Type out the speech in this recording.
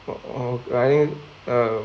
oh I think um